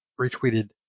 retweeted